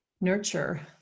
nurture